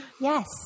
Yes